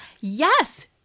yes